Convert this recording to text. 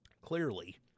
Clearly